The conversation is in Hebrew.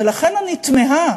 ולכן, אני תמהה